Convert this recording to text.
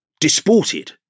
disported